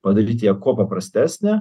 padaryti ją kuo paprastesnę